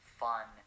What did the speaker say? fun